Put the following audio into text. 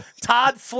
Todd